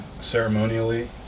ceremonially